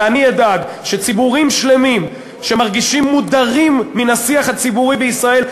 ואני אדאג שציבורים שלמים שמרגישים מודרים מן השיח הציבורי בישראל,